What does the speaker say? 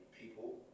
people